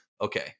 Okay